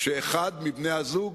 שאחד מבני-הזוג